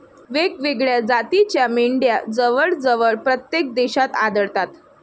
वेगवेगळ्या जातीच्या मेंढ्या जवळजवळ प्रत्येक देशात आढळतात